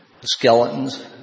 skeletons